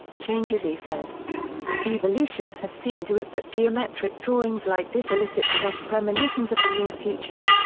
changizi said evolution has seen to it that geometric drawings like this elicit in us premonitions of the near future.